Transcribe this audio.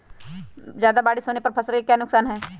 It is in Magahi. ज्यादा बारिस होने पर फसल का क्या नुकसान है?